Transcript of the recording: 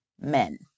men